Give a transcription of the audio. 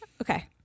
Okay